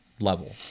level